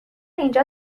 اینجا